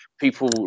People